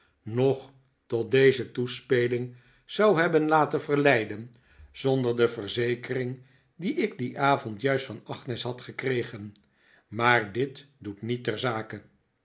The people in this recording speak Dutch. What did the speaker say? noch tot deze toespeling zou hebben i aten verleiden zonder de verzekering die ik dien avond juist van agnes had gekregen maar dit doet niet ter zake